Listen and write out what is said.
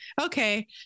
okay